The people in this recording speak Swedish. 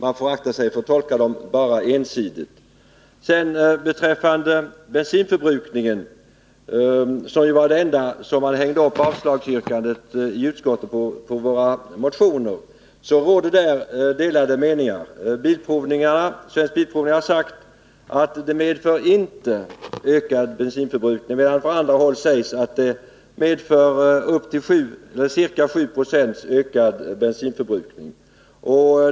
Man får akta sig för att tolka dem ensidigt. Bensinförbrukningen var det enda som man hängde upp yrkandet på om avslag på våra motioner. Där råder emellertid delade meningar. Svensk bilprovning har förklarat att bilavgasrening inte medför ökad bensinförbrukning, medan det på andra håll sägs att den medför upp till ca 7 Zo ökad bensinförbrukning.